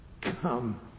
Come